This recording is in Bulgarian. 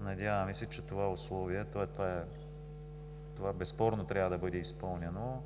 Надяваме се, че това условие безспорно трябва да бъде изпълнено.